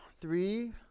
three